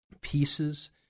pieces